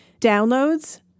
downloads